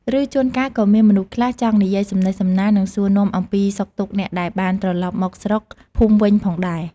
ឬ ជួនកាលក៏មានមនុស្សខ្លះចង់និយាយសំណេះសំណាល និងសួរនាំអំពីសុខទុក្ខអ្នកដែលបានត្រឡប់មកស្រុកភូមិវិញផងដែរ។